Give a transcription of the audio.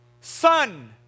son